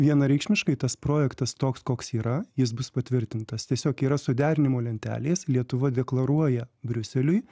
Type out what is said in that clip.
vienareikšmiškai tas projektas toks koks yra jis bus patvirtintas tiesiog yra suderinimo lentelės lietuva deklaruoja briuseliui